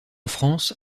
france